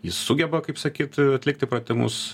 jis sugeba kaip sakyt atlikti pratimus